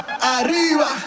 arriba